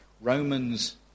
Romans